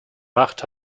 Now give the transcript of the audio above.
macht